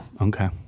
Okay